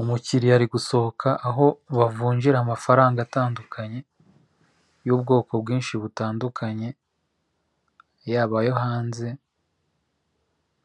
Umukiriya ari gusohoka aho bavunjira amafaranga atandukanye, y'ubwoko bwinshi butandukanye, yaba ayo hanze